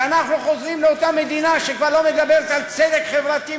שאנחנו חוזרים לאותה מדינה שכבר לא מדברת על צדק חברתי,